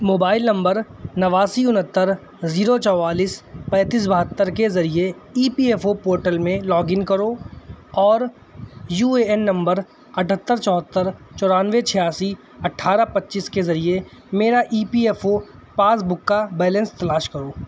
mobile number نواسی انہتر zero چوالیس پینتس بہتر کے ذریعے E P F O portal میں لاگ ان کرو اور یو اے این نمبر اٹھتر چوہتر چورانوے چھیاسی اٹھارہ پچیس کے ذریعے میرا E P F O passbook کا بیلنس تلاش کرو